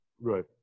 Right